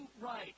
right